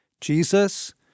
Jesus